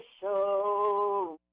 show